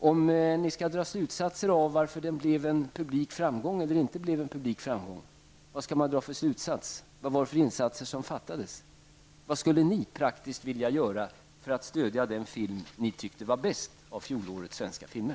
Om ni skall dra slutsatser av varför den blev eller inte blev en publikframgång, vad skulle ni dra för slutsatser? Vad var det för insatser som fattades? Vad skulle ni i praktiken vilja göra för att stödja den film som ni tycker var bäst av fjolårets svenska filmer?